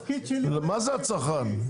מה זה הצרכן?